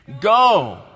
Go